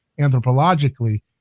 Anthropologically